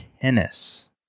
tennis